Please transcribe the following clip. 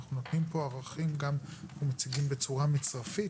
אנחנו נותנים פה ערכים גם ומציגים בצורה מצרפית,